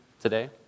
today